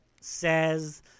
says